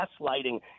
gaslighting